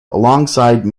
alongside